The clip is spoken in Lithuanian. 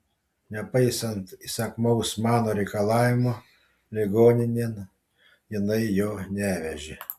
nepaisant įsakmaus mano reikalavimo ligoninėn jinai jo nevežė